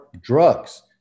drugs